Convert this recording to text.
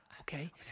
Okay